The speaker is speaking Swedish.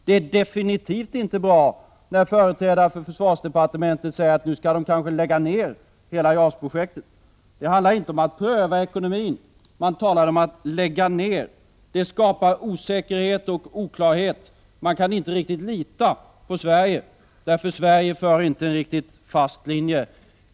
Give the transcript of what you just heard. Det är definitivt inte bra när företrädare för försvarsdepartementet säger att hela JAS-projektet skall läggas ned. Det handlar inte om att pröva ekonomin, utan man talar om att lägga ned. Det skapar osäkerhet och oklarhet. Man kan inte riktigt lita på Sverige, för Sverige för inte en fast linje.